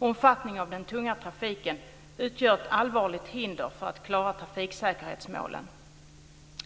Omfattningen av den tunga trafiken utgör ett allvarligt hinder för att klara trafiksäkerhetsmålen.